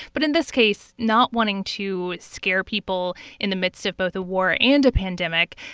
but in this case not wanting to scare people in the midst of both a war and a pandemic,